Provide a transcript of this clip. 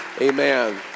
Amen